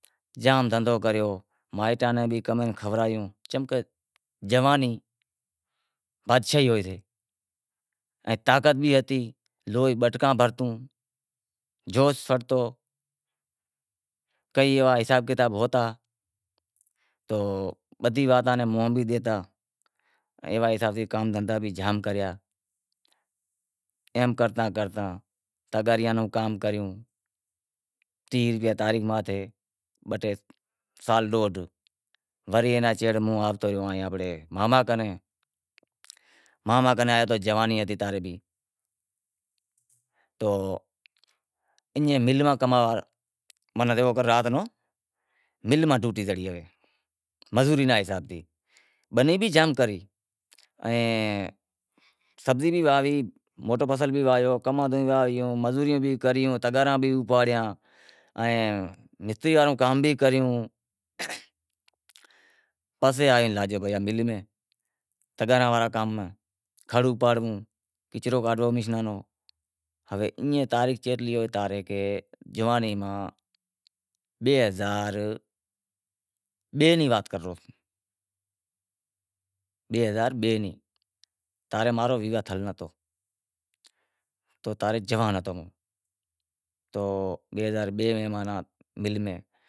جام دہندہو کریو، مائیٹاں نیں بھی کمائے کھورایو، چم کہ جوانی بادشاہی ہوئے تی ان طاقت بھی ہتی، کوئی جوش ہتو، کئی ایوا حساب کتاب ہوتا تو بدہی واتاں نیں مونہہ بھی ڈیتا کہ ایوا حساب سیں کام دہندہا بھی جام کریا ایم کرتا کرتا تغاریاں نوں کام کریو، ٹیہہ روپیا تاریخ ماتھے بہ ٹے سال وری ایئے ناں چھیڑے ہوں آوتو رہیو آنپڑے ماں کنے آیا تو ایئں ملوا جیوو کر رات نوں مل ماں ڈوٹی جڑی، مزوری نیں حساب تھیں بنی، ائیں سبزی بھی واہوی، موٹو فصل بھی واہویو، کمند بھی واہویو، مزوریوں بھی کریوں، تغاراں بھی اپاڑیاں ائیں مستری واڑو کام بھی کریوں، پسے آئے لاگیو مل ماں، ہوے تاریخ جوانی ماں بئے ہزار بئے ری وات کرے رہیو سوں، تاں رے ماں رو ویواہ تھیل ناں ہتو، تو اتارے جوان ہتو تو بئے ہزار بئے میں